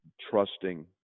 trusting